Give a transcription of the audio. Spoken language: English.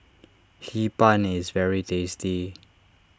Hee Pan is very tasty